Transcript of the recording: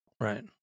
Right